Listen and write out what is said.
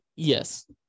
Yes